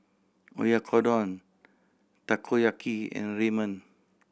Oyakodon Takoyaki and Ramen